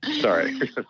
Sorry